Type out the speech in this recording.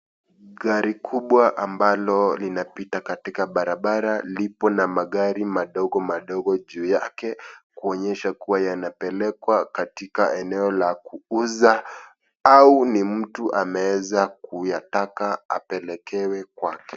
Gari kubwa ambalo linapita katika barabara lipo na magari madogomadogo juu yake kuonesha kua yanapelekwa katika eneo la kuuza au ni mtu ameeza kuyataka apelekewe kwake.